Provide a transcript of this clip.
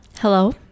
Hello